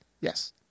Yes